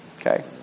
Okay